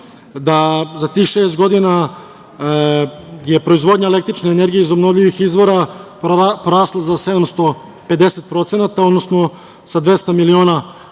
da za tih šest godina je proizvodnja električne energije iz obnovljivih izvora porasla za 750%, odnosno sa 200 miliona